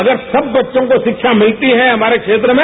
अगर सब बच्चों को शिक्षा मिलती है हमारे क्षेत्र में